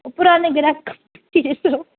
पुराने ग्राहक समुझी ॾिसो